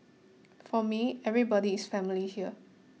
for me everybody is family here